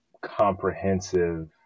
comprehensive